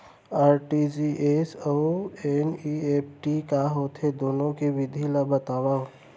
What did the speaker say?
RTGS अऊ NEFT का होथे, दुनो के विधि ला बतावव